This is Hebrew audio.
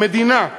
המדינה,